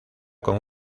con